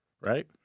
right